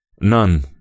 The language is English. None